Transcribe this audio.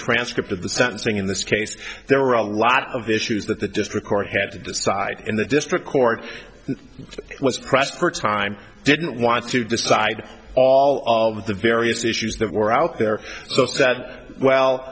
transcript of the sentencing in this case there were a lot of issues that the district court had to decide and the district court was pressed for time didn't want to decide all of the various issues that were out there so that well